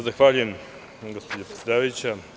Zahvaljujem se, gospođo predsedavajuća.